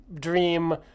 dream